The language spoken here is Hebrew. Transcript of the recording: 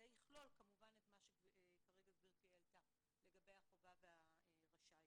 יכלול כמובן את מה שכרגע גבירתי העלתה לגבי החובה והרשאי.